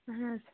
اَہَن حظ